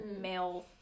male